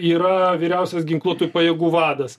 yra vyriausias ginkluotųjų pajėgų vadas